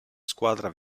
squadra